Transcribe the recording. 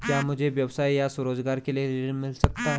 क्या मुझे व्यवसाय या स्वरोज़गार के लिए ऋण मिल सकता है?